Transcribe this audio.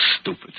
stupid